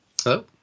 Hello